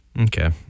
okay